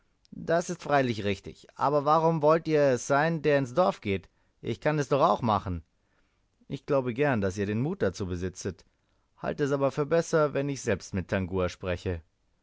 das ist freilich richtig aber warum wollt ihr es sein der in das dorf geht ich kann es doch auch machen ich glaube gern daß ihr den mut dazu besitzet halte es aber für besser wenn ich selbst mit tangua spreche